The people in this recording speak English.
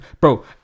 Bro